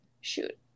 shoot